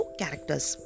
characters